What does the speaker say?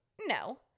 No